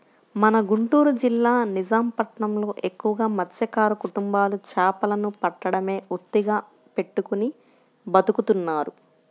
మన గుంటూరు జిల్లా నిజాం పట్నంలో ఎక్కువగా మత్స్యకార కుటుంబాలు చేపలను పట్టడమే వృత్తిగా పెట్టుకుని బతుకుతున్నారు